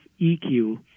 EQ